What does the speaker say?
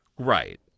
Right